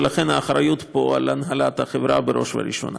ולכן האחריות פה היא על הנהלת החברה בראש ובראשונה.